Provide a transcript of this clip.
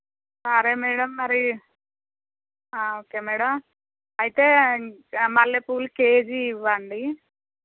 సరే మేడమ్ మరి okay madam అయితే ఇంక మల్లెపూలు కేజీ ఇవ్వండి